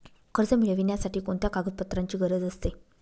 कर्ज मिळविण्यासाठी कोणत्या कागदपत्रांची गरज असते?